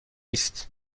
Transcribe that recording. است